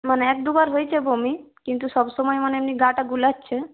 মানে এক দুবার হয়েছে বমি কিন্তু সবসময় মানে এমনি গাটা গুলাচ্ছে